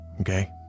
Okay